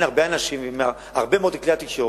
הרבה אנשים והרבה מאוד את כלי התקשורת,